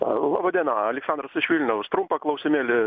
laba diena aleksandras iš vilniaus trumpą klausimėlį